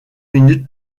minute